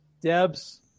Debs